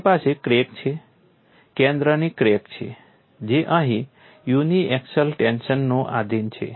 મારી પાસે ક્રેક છે કેન્દ્રની ક્રેક છે જે અહીં યુનિએક્સિયલ ટેન્શનને આધિન છે